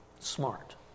smart